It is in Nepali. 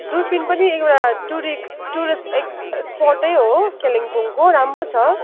दुर्पिन पनि एउटा टुरिस्ट टुरिस्ट एस् स्पटै हो कालिम्पोङको राम्रो छ